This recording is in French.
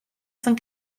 cent